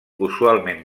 usualment